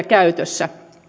käytössä